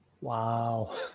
Wow